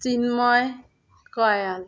Chinmoy Kayal